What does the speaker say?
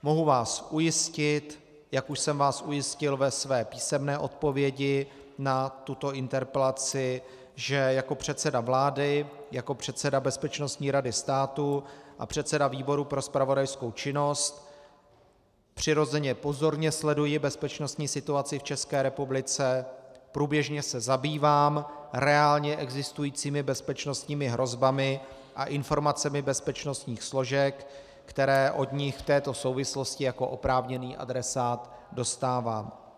Mohu vás ujistit, jak už jsem vás ujistil ve své písemné odpovědi na tuto interpelaci, že jako předseda vlády, jako předseda Bezpečnostní rady státu a předseda výboru pro zpravodajskou činnost přirozeně pozorně sleduji bezpečnostní situaci v České republice, průběžně se zabývám reálně existujícími bezpečnostními hrozbami a informacemi bezpečnostních složek, které od nich v této souvislosti jako oprávněný adresát dostávám.